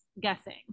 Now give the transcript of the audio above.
guessing